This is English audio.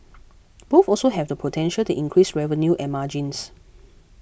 both also have the potential to increase revenue and margins